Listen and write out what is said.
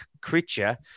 creature